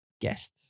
guests